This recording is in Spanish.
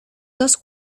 dos